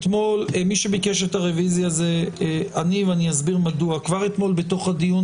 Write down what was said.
אני שמח על נוכחות השר שבדיון